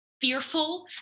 fearful